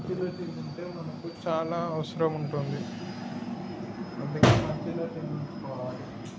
మంచీల టిన్ను ఉంటే మనకి చాలా అవసరం ఉంటుంది అందుకే మంచీల టిన్ను ఉంచుకోవాలి